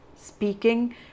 speaking